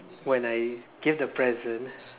when I gave the present